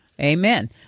Amen